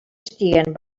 estiguen